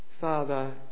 Father